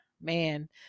man